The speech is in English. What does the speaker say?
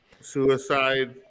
suicide